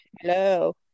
Hello